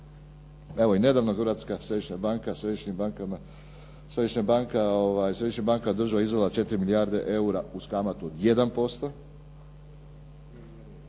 evo i nedavno Hrvatska središnja banka država izvela 4 milijarde eura uz kamatu od